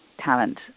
talent